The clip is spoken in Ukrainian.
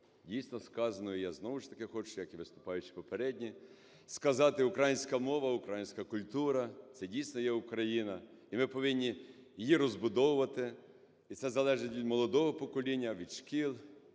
дійсно, сказано, і я знову ж таки хочу, як і виступаючі попередні сказати, українська мова, українська культура – це дійсно є Україна. І ми повинні її розбудовувати. І це залежить від молодого покоління, від шкіл,